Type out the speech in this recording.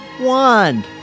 Wand